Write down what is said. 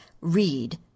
read